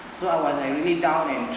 so I was angry down and